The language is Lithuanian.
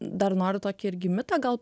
dar noriu tokį irgi mitą gal